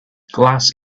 glass